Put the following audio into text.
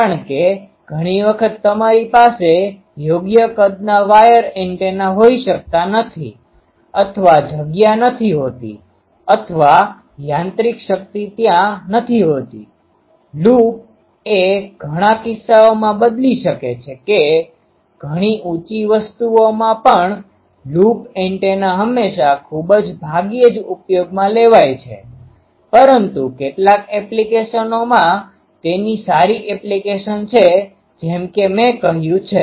કારણ કે ઘણી વખત તમારી પાસે યોગ્ય કદના વાયર એન્ટેના હોઈ શકતા નથી અથવા જગ્યા નથી હોતી અથવા યાંત્રિક શક્તિ ત્યાં નથી હોતી લૂપ એ ઘણા કિસ્સાઓમાં બદલી શકે છે કે ઘણી ઉંચી વસ્તુઓમાં પણ લૂપ એન્ટેના હંમેશાં ખૂબ જ ભાગ્યે જ ઉપયોગમાં લેવાય છે પરંતુ કેટલાક એપ્લિકેશનોમાં તેની સારી એપ્લિકેશન છે જેમ કે મેં કહ્યું છે